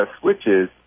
switches